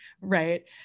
right